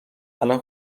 الان